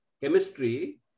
chemistry